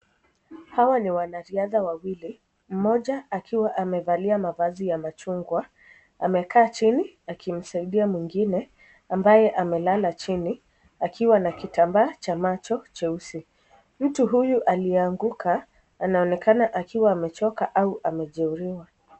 Hawa ni wanariadha wawili. Mmoja akiwa amevalia mavazi ya machungwa. Amekaa chini akimsaidia mwingine ambaye amelala chini, akiwa na kitambaa cha macho cheusi. Mtu huyu alianguka anaonekana akiwa amechoka au amejeruhiwa.